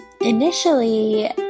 initially